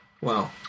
Wow